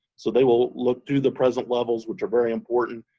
so they will look through the present levels, which are very important,